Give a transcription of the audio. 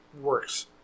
works